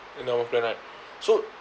endowment plan right so